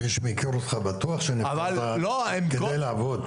מי שמכיר אותך יודע שבטוח אתה בא כדי לעבוד.